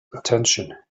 attention